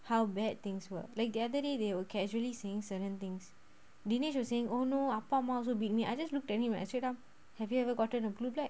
how bad things were like the other day they were casually saying certain things dinesh were saying oh no ah pa ah ma also beat me I just looked at him and I said have you ever gotten a blue black